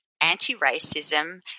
anti-racism